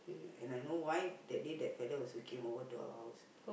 and I know why that day that fellow also came over to our house